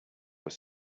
were